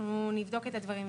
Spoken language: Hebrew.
אנחנו נבדוק את הדברים.